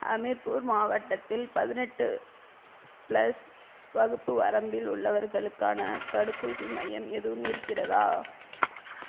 ஹமிர்பூர் மாவட்டத்தில் பதினெட்டு ப்ளஸ் வகுப்பு வரம்பில் உள்ளவர்களுக்கான தடுப்பூசி மையம் எதுவும் இருக்கிறதா